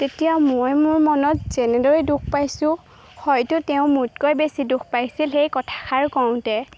তেতিয়া মই মোৰ মনত যেনেদৰেই দুখ পাইছোঁ হয়তো তেওঁ মোতকৈ বেছি দুখ পাইছিল সেই কথাষাৰ কওঁতে